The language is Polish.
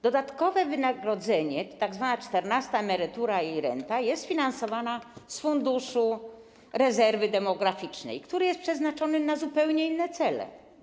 Dodatkowe wynagrodzenie, tzw. czternasta emerytura i renta, jest finansowane z Funduszu Rezerwy Demograficznej, który jest przeznaczony na zupełnie inne cele.